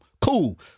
Cool